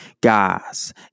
Guys